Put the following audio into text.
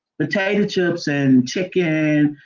potato chips and chicken,